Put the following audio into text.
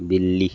बिल्ली